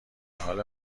حال